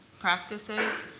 practices.